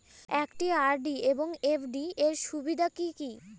একটি আর.ডি এবং এফ.ডি এর সুবিধা কি কি?